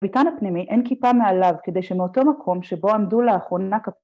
‫ביתן הפנימי אין כיפה מעליו ‫כדי שמאותו מקום שבו עמדו לאחרונה...